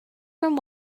from